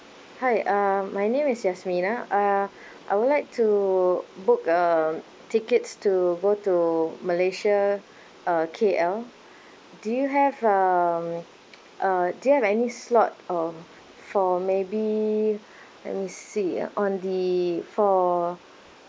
hi um my name is yasmina uh I would like to book um tickets to go to malaysia uh K_L do you have um uh do you have any slot of for maybe let me see ah on the for